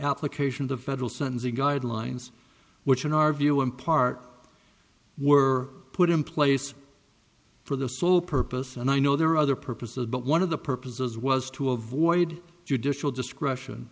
application the federal sentencing guidelines which in our view in part were put in place for the sole purpose and i know there are other purposes but one of the purposes was to avoid judicial discretion